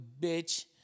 bitch